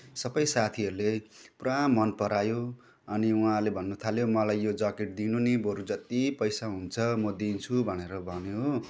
सबै साथीहरूले पुरा मनपरायो अनि उहाँहरूले भन्नुथाल्यो मलाई यो ज्याकेट दिनु नि बरू जति पैसा हुन्छ म दिन्छु भनेर भन्यो हो